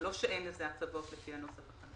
זה לא שאין לזה הטבות לפי הנוכחי.